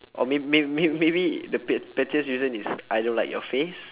or may~ may~ may~ maybe the pe~ pettiest reason is I don't like your face